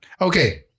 Okay